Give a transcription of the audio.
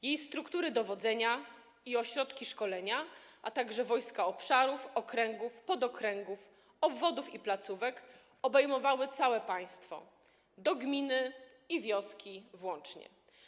Jej struktury dowodzenia i ośrodki szkolenia, a także wojska obszarów, okręgów, podokręgów, obwodów i placówek obejmowały całe państwo, do gminy i wioski włącznie.